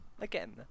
again